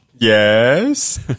yes